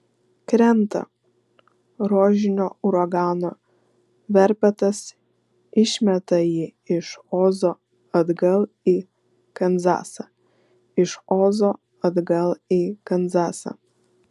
krenta rožinio uragano verpetas išmeta jį iš ozo atgal į kanzasą iš ozo atgal į kanzasą